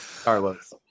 Carlos